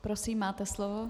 Prosím, máte slovo.